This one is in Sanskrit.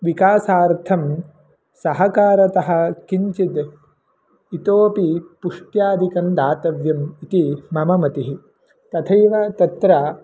विकासार्थं सर्वकारतः किञ्चिद् इतोऽपि पुष्ट्यादिकं दातव्यम् इति मम मतिः तथैव तत्र